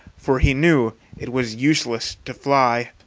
for he knew it was useless to fly.